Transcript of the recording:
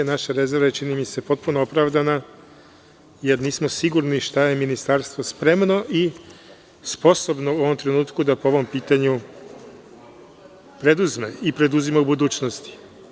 Naša rezerva je, čini mi se, potpuno opravdana, jer nismo sigurni šta je Ministarstvo spremno i sposobno u ovom trenutku da po ovom pitanju preduzme i preduzima u budućnosti.